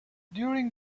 during